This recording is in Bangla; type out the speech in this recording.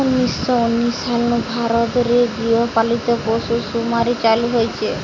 উনিশ শ উনিশ সাল নু ভারত রে গৃহ পালিত পশুসুমারি চালু হইচে